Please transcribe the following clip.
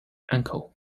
uncle